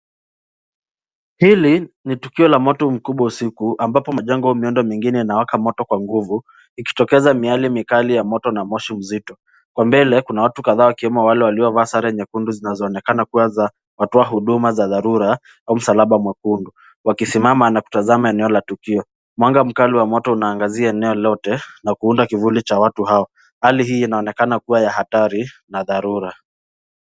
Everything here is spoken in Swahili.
Hili ni tukio la moto mkubwa usiku ambapo majengo na miundo mingine yanawaka moto kwa nguvu ikitokeza miale mikali ya moto na moshi mzito. Kwa mbele kuna watu kadhaa wakiwemo wale waliovaa sare nyekundu zinazoonekana kuwa za watoa huduma za dharura au msalaba mwekundu wakismama na kutazama eneo la tukio. Mwanga mkali wa moto unaangazia eneo lote na kuunda kivuli cha watu hao. Hali hii inaonekana kuwa ya hatari na dharura.